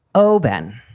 oh, ben,